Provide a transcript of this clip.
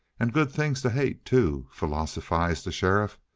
and good things to hate, too, philosophized the sheriff.